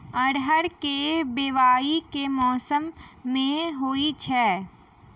अरहर केँ बोवायी केँ मौसम मे होइ छैय?